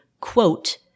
quote